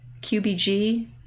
QBG